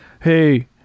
hey